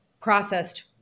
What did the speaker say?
processed